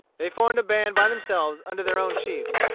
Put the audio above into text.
they formed a band by themselves under their own chiefs.